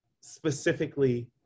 specifically